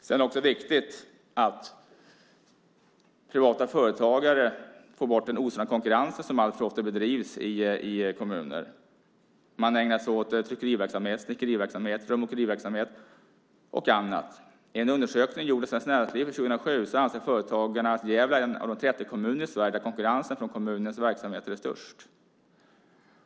Det är också viktigt för privata företagare att få bort den osunda konkurrens som alltför ofta förekommer i kommuner. Man ägnar sig åt tryckeriverksamhet, snickeriverksamhet, rörmokeriverksamhet och annat. Enligt en undersökning som gjordes av Svenskt Näringsliv 2007 anser företagarna att Gävle är en av de 30 kommuner i Sverige där konkurrensen från kommunens verksamheter är störst.